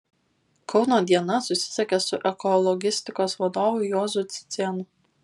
kauno diena susisiekė su ekologistikos vadovu juozu cicėnu